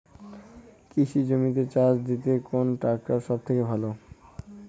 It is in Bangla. কৃষি জমিতে চাষ দিতে কোন ট্রাক্টর সবথেকে ভালো?